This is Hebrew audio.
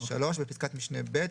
(3)בפסקת משנה (ב),